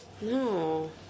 No